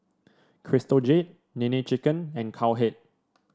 Crystal Jade Nene Chicken and Cowhead